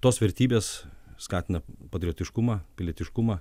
tos vertybės skatina patriotiškumą pilietiškumą